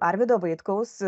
arvydo vaitkaus